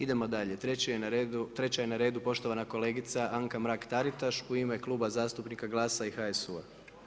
Idemo dalje, treća je na redu poštovana kolegica Anka Mrak-Taritaš u ime Kluba zastupnika GLAS-a i HSU-a.